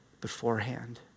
beforehand